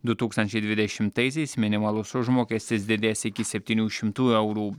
du tūkstančiai dvidešimtaisiais minimalus užmokestis didės iki septynių šimtų eurų